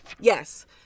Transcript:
Yes